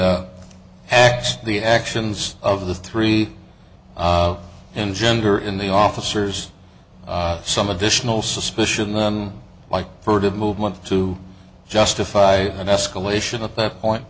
x the actions of the three engender in the officers some additional suspicion that like furtive movements to justify an escalation at that point